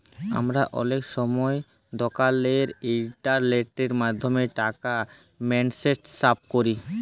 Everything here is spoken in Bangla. আমরা অলেক সময় দকালের ইলটারলেটের মাধ্যমে টাকা টেনেসফার ক্যরি